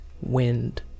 wind